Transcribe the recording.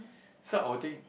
so I'll think